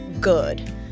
good